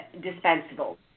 dispensable